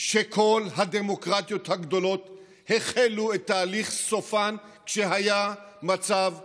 שכל הדמוקרטיות הגדולות החלו את תהליך סופן כשהיה מצב חירום.